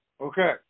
Okay